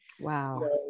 Wow